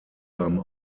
beim